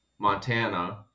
Montana